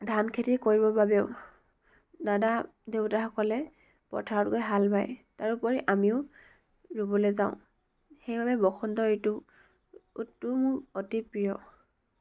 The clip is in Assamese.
ধান খেতি কৰিবৰ বাবেও দাদা দেউতাসকলে পথাৰত গৈ হাল বায় তাৰোপৰি আমিও ৰুবলে যাওঁ সেইবাবে বসন্ত ঋতু টো অতি প্ৰিয়